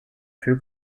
two